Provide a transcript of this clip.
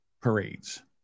parades